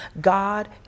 God